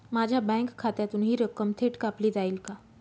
माझ्या बँक खात्यातून हि रक्कम थेट कापली जाईल का?